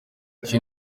iki